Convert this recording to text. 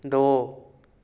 ਦੋ